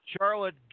Charlotte